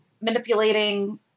manipulating